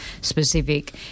specific